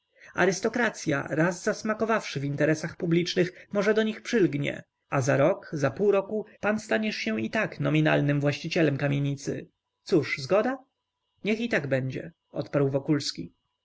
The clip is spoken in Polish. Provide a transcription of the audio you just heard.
którzy już są arystokracya raz zasmakowawszy w interesach publicznych może do nich przylgnie a za rok za pół roku pan staniesz się i nominalnym właścicielem kamienicy cóż zgoda niech i tak będzie odparł wokulski